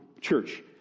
Church